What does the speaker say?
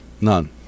None